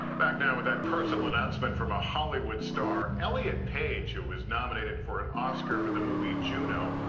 back now with that personal announcement from a hollywood star. elliot page, who was nominated for an oscar for the movie juno,